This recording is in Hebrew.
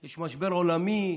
יש משבר עולמי,